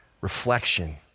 reflection